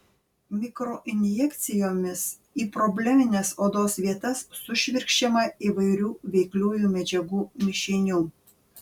mikroinjekcijomis į problemines odos vietas sušvirkščiama įvairių veikliųjų medžiagų mišinių